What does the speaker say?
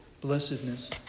blessedness